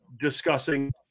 discussing